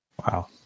Wow